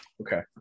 Okay